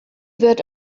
wird